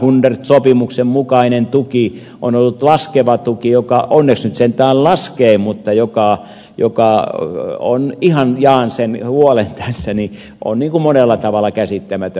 jahrhundert sopimuksen mukainen tuki on ollut laskeva tuki joka onneksi nyt sentään laskee mutta joka on ihan jaan sen huolen tässä monella tavalla käsittämätön